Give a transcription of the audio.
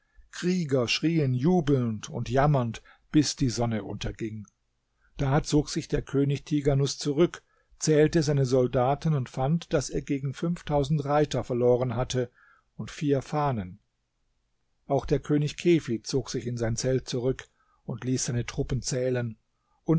krieger schrien jubelnd und jammernd